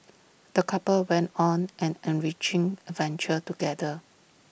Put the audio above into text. the couple went on an enriching adventure together